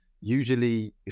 usually